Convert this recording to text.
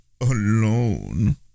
alone